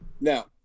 now